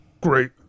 great